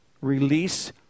Release